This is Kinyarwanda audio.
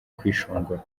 kwishongora